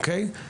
אוקי,